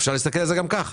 אפשר להסתכל על זה גם כך.